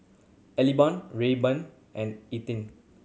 Eliban Rayburn and Ethie